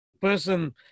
person